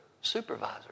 supervisor